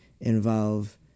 involve